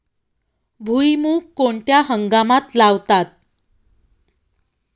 भुईमूग कोणत्या हंगामात लावतात?